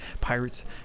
Pirates